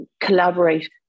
collaborate